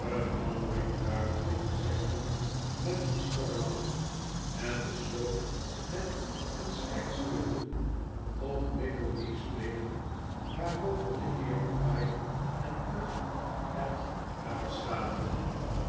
mulberry kruidde dit gezegde met een schorren lach en besloot het met een schertsenden vloek op nickleby's beenen waarover de heeren pyke en pluck het uitschaterden